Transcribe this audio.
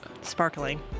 Sparkling